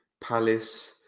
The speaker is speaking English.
palace